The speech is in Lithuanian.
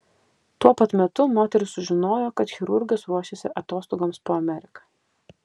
tuo pat metu moteris sužinojo kad chirurgas ruošiasi atostogoms po ameriką